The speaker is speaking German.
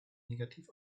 negativ